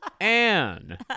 Anne